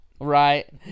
Right